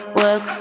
work